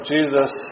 Jesus